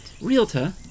Realtor